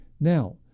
Now